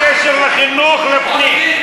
מה הקשר בין חינוך לפנים?